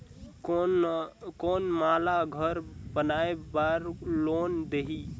कौन मोला घर बनाय बार लोन देही?